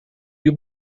you